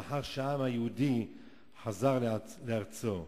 לאחר שהעם היהודי חזר לארצו.